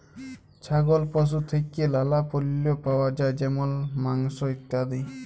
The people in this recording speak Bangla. ছাগল পশু থেক্যে লালা পল্য পাওয়া যায় যেমল মাংস, ইত্যাদি